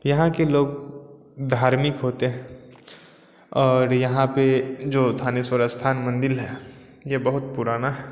यहाँ के लोग धार्मिक होते हैं और यहाँ पे जो थानेश्वर स्थान मंदिर है ये बहुत पुराना है